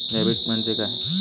Debit म्हणजे काय?